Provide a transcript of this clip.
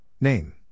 name